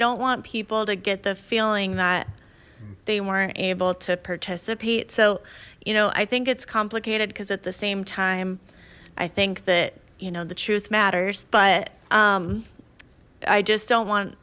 don't want people to get the feeling that they weren't able to participate so you know i think it's complicated because at the same time i think that you know the truth matters but i just don't want